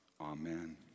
Amen